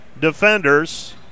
Defenders